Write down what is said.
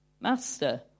Master